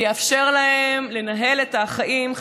והוא יאפשר להם לנהל את החיים,